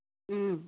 ꯎꯝ